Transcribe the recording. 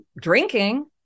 drinking